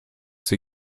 sie